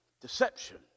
deception